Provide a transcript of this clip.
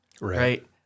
right